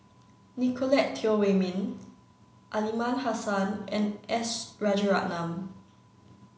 Nicolette Teo Wei Min Aliman Hassan and S Rajaratnam